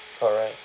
correct